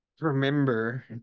remember